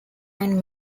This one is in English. and